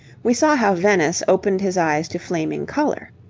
we saw how venice opened his eyes to flaming colour.